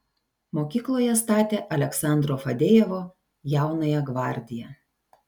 mokykloje statė aleksandro fadejevo jaunąją gvardiją